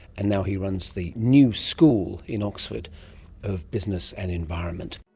and now he runs the new school in oxford of business and environment